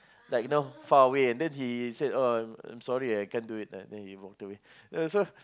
like you know far away and then he said oh I'm sorry I can't do it and then he walked away ya so